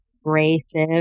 Abrasive